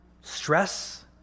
Stress